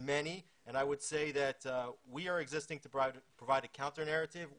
אבל אנחנו חייבים גם לחשוב על פלטפורמות אלטרנטיביות בהמשך,